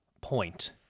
point